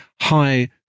high